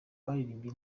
baririmbye